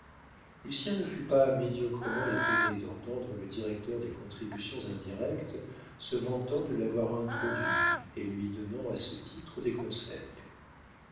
diplomatie lucien ne fut pas médiocrement étonné d'entendre le directeur des contributions indirectes se vantant de l'avoir introduit et lui donnant à ce titre des conseils